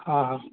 ہاں ہاں